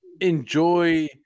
enjoy